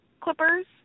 clippers